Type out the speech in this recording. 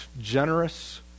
generous